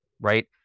Right